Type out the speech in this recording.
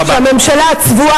עד כדי כך עולם הערכים שלכם התהפך?